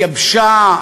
התייבשה?